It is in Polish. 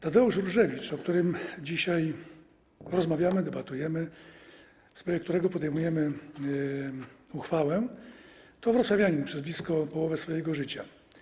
Tadeusz Różewicz, o którym dzisiaj rozmawiamy, debatujemy, w sprawie którego podejmujemy uchwałę, to wrocławianin przez blisko połowę swojego życia.